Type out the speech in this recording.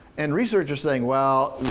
and research is saying well,